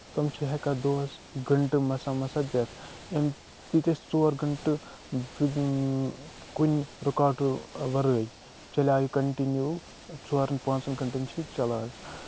تٕم چھِ ہٮ۪کان دۄہس گَنٹہٕ مَسان مَسان دِتھ أمۍ دِتۍ اَسہِ ژور گَنٹہٕ کُنہِ رُکاوَٹہٕ وَرٲے چَلیو یہِ کَنٹِنیو ژورَن پانژن گَنٹَن چھ یہِ چلان حظ